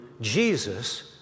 Jesus